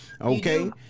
Okay